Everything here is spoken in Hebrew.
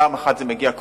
פעם אחת זה מגיע,